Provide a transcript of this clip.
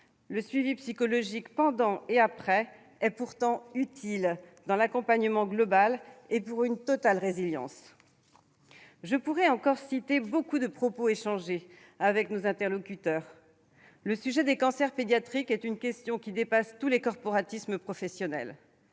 Le suivi psychologique pendant et après une maladie est pourtant utile dans l'accompagnement global et pour une totale résilience. Je pourrai encore citer beaucoup de propos échangés avec nos interlocuteurs. Le sujet des cancers pédiatriques est une question qui dépasse tous les corporatismes professionnels.